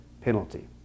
penalty